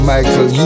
Michael